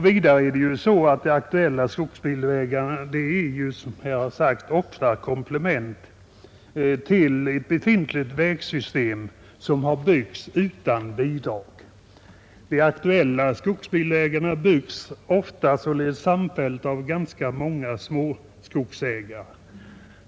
Vidare är ju de aktuella skogsbilvägarna, som här har sagts, ofta komplement till ett befintligt vägsystem, som har byggts utan bidrag. De aktuella skogsbilvägarna byggs ofta samfällt av ganska många skogsägare.